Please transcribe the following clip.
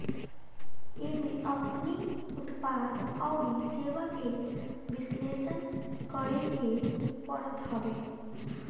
एमे अपनी उत्पाद अउरी सेवा के विश्लेषण करेके पड़त हवे